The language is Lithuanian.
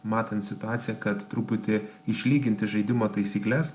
matant situaciją kad truputį išlyginti žaidimo taisykles